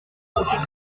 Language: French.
prochain